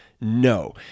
No